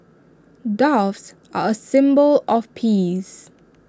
doves are A symbol of peace